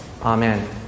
Amen